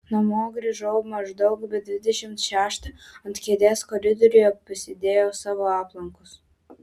namo grįžau maždaug be dvidešimt šeštą ant kėdės koridoriuje pasidėjau savo aplankus